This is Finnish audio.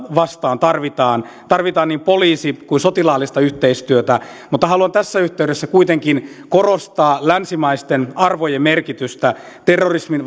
vastaan tarvitaan tarvitaan niin poliisi kuin sotilaallista yhteistyötä mutta haluan tässä yhteydessä kuitenkin korostaa länsimaisten arvojen merkitystä terrorismin